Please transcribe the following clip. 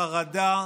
החרדה,